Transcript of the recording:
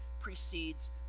precedes